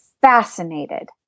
fascinated